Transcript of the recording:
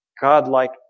godlike